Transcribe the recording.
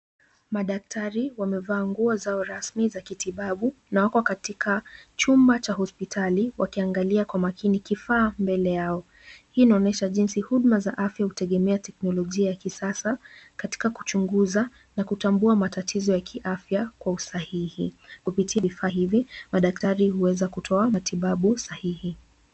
Madaktari wamevaa nguo zao rasmi za kitibabu na wako katika chumba cha hospitali wakiangalia kwa makini kifaa mbele yao. Hii inaonyesha jinsi huduma za afya hutegemea teknolojia ya kisasa, katika kuchunguza na kutambua matatizo ya kiafya kwa usahihi. Kupitia vifaa hivi, madaktari huweza kutoa matibabu sahihi.